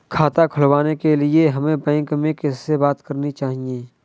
खाता खुलवाने के लिए हमें बैंक में किससे बात करनी चाहिए?